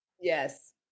yes